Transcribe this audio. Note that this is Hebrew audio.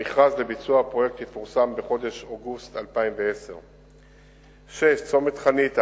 המכרז לביצוע הפרויקט יפורסם בחודש אוגוסט 2010. 6. צומת חניתה,